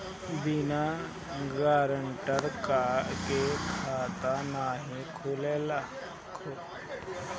बिना गारंटर के खाता नाहीं खुल सकेला?